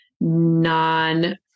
non